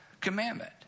commandment